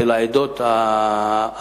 של העדות האחרות,